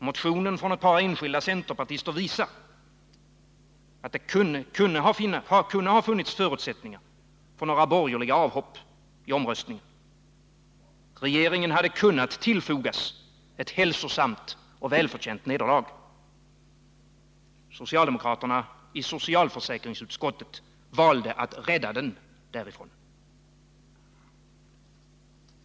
Motionen från ett par enskilda centerpartister visar att det hade kunnat finnas förutsättningar för några borgerliga avhopp i omröstningen. Regeringen hade kunnat tillfogas ett hälsosamt och välförtjänt nederlag. Socialdemokraterna i socialförsäkringsutskottet valde att rädda den därifrån.